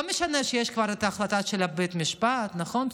לא משנה שיש כבר את החלטת בית המשפט, נכון?